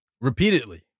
Repeatedly